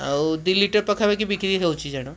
ଆଉ ଦୁଇଲିଟର ପାଖାପାଖି ବିକ୍ରି ହେଉଛି ଜାଣ